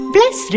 Bless